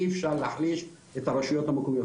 אי אפשר להחליש את הרשויות המקומיות,